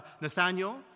Nathaniel